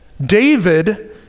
David